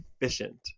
efficient